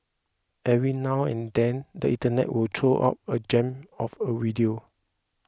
every now and then the internet will throw up a gem of a video